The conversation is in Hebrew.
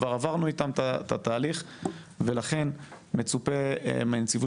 כבר עברנו איתם את התהליך ולכן מצופה מנציבות